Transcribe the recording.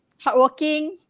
hardworking